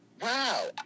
Wow